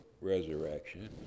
resurrection